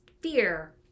fear